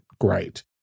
great